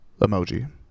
emoji